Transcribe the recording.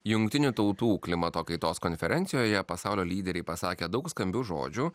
jungtinių tautų klimato kaitos konferencijoje pasaulio lyderiai pasakė daug skambių žodžių